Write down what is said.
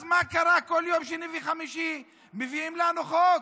אז מה קרה שכל יום שני וחמישי מביאים לנו חוק?